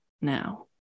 now